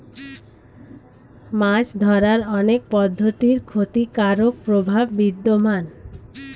মাছ ধরার অনেক পদ্ধতির ক্ষতিকারক প্রভাব বিদ্যমান